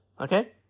okay